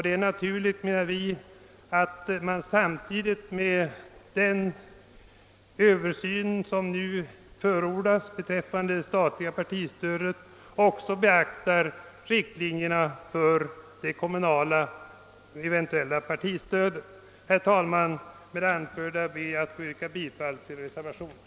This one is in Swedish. Det är naturligt, menar vi, att man samtidigt med den översyn som förordats beträffande det statliga partistödet beaktar riktlinjerna för det eventuella kommunala partistödet. Herr talman! Med det anförda ber jag att få yrka bifall till reservationen.